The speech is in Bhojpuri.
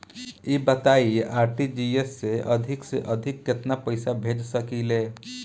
ई बताईं आर.टी.जी.एस से अधिक से अधिक केतना पइसा भेज सकिले?